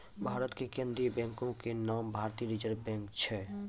भारत के केन्द्रीय बैंको के नाम भारतीय रिजर्व बैंक छै